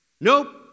Nope